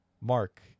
Mark